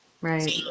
Right